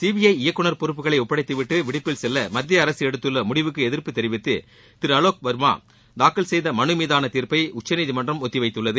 CBI இயக்குனர் பொறுப்புகளை ஒப்படைத்துவிட்டு விடுப்பில் செல்ல மத்திய அரசு எடுத்துள்ள முடிவுக்கு எதிர்ப்பு தெரிவித்து திரு அவோக் வர்மா தாக்கல் செய்த மனு மீதான தீர்ப்பை உச்சநீதிமன்றம் ஒத்திவைத்துள்ளது